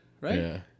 right